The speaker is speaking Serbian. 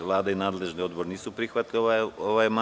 Vlada i nadležni odbor nisu prihvatili ovaj amandman.